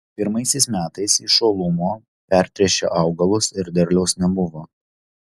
pirmaisiais metais iš uolumo pertręšė augalus ir derliaus nebuvo